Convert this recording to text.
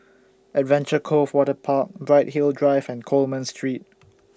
Adventure Cove Waterpark Bright Hill Drive and Coleman Street